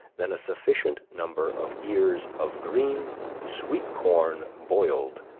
than a sufficient number of ears of green sweet corn boiled,